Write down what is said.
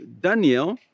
daniel